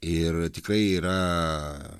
ir tikrai yra